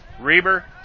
Reber